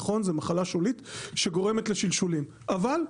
נכון זה מחלה שולית שגורמת לשלשולים אבל הגיעה,